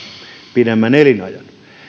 pidemmän elinajan